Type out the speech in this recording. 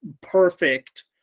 perfect